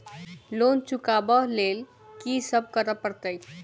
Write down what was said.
Loan चुका ब लैल की सब करऽ पड़तै?